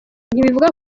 ntibivuga